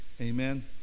amen